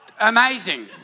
Amazing